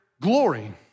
Glory